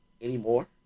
anymore